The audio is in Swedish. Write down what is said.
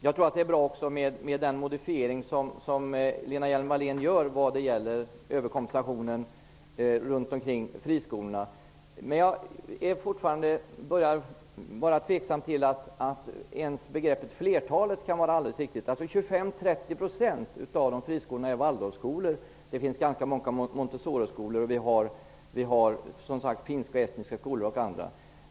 Fru talman! Den modifiering som Lena Hjelm Wallén gjorde när det gäller överkompensationen till friskolorna var bra. Men jag böjar bli tveksam till att ens begreppet flertalet kan vara riktigt, därför att 25-30 % av de aktuella friskolorna är Waldorfskolor. Det finns ganska många Montessoriskolor, och vi har, som sagt, finska och estniska skolor och andra.